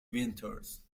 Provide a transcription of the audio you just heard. winters